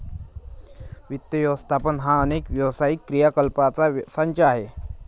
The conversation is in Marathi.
वित्त व्यवसाय हा अनेक व्यावसायिक क्रियाकलापांचा संच आहे